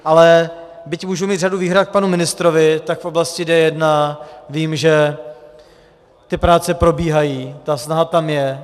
Ale byť můžu mít řadu výhrad k panu ministrovi, tak v oblasti D1 vím, že ty práce probíhají, ta snaha tam je.